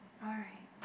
alright